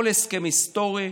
כל הסכם היסטורי,